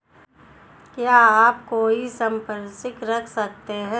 क्या आप कोई संपार्श्विक रख सकते हैं?